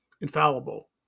infallible